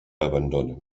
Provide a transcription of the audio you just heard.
abandonen